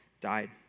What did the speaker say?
died